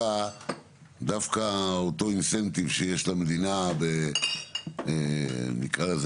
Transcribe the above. ודווקא אותו אינסנטיב שיש למדינה נקראה לזה